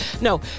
No